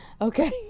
Okay